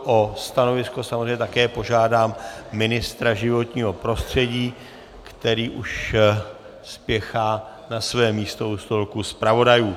O stanovisko samozřejmě také požádám ministra životního prostředí, který už spěchá na své místo u stolku zpravodajů.